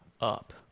up